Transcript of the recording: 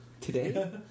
Today